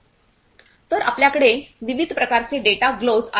तर आपल्याकडे विविध प्रकारचे डेटा ग्लोव्ह्ज आहेत